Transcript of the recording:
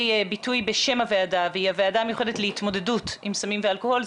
ביטוי בשם הוועדה והיא הוועדה המיוחדת להתמודדות עם סמים ואלכוהול.